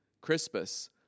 Crispus